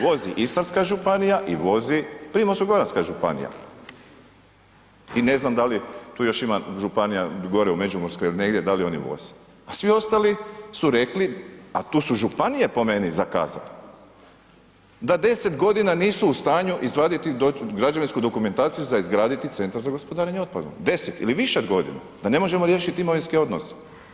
Vozi Istarska županija i vozi Primorsko-goranska županija i ne znam da li tu još ima županija gore u međimurskoj ili negdje, da li oni voze, a svi ostali su rekli, a tu su županije po meni zakazale, da 10.g. nisu u stanju izvaditi građevinsku dokumentaciju za izgraditi Centar za gospodarenje otpadom, 10 ili više godina da ne možemo riješit imovinske odnose.